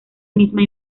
misma